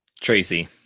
Tracy